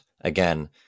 again